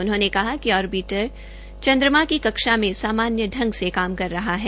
उन्होंने कहा कि आर्बिटर चन्द्रमा की कक्षा में सामन्य ढंग से काम कर रहा है